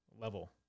level